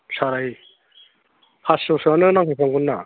सारि पास्स'सोआनो नांदेरबावगोन ना